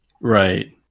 right